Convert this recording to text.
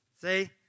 See